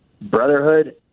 brotherhood